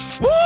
Woo